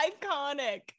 iconic